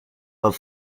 but